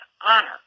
honor